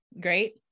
great